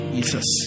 Jesus